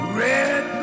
red